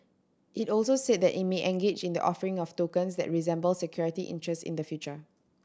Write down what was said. it also said that it may engage in the offering of tokens that resemble security interest in the future